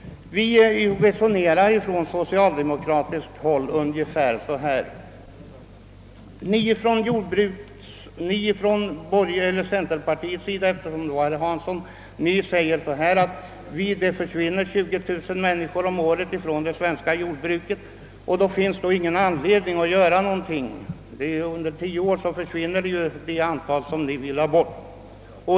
Vi resonerar bland socialdemokraterna ungefär på följande sätt. Det hävdas från centerpartiets sida att det årligen försvinner ungefär 20000 människor från det svenska jordbruket och att det med hänsyn till detta inte finns någon anledning att vidtaga några särskilda åtgärder. Under en tioårsperiod försvinner ändå det antal som vi vill ha bort.